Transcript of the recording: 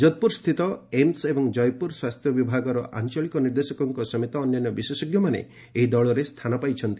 ଯୋଧପୁରସ୍ଥିତ ଏମ୍ମ ଏବଂ ଜୟପୁର ସ୍ୱାସ୍ଥ୍ୟ ବିଭାଗର ଆଞ୍ଚଳିକ ନିର୍ଦ୍ଦେଶକଙ୍କ ସମେତ ଅନ୍ୟାନ୍ୟ ବିଶେଷଜ୍ଞମାନେ ଏହି ଦଳରେ ସ୍ଥାନ ପାଇଛନ୍ତି